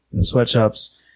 sweatshops